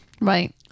Right